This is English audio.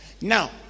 Now